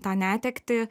tą netektį